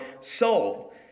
soul